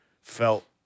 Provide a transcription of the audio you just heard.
felt